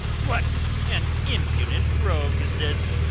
what an impudent rogue is this!